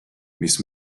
mis